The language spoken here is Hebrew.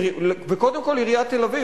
וקודם כול עיריית תל-אביב.